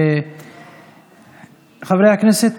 חברי הכנסת,